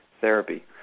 therapy